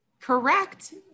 Correct